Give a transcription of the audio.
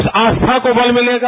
उस आस्था को बल मिलेगा